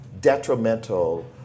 detrimental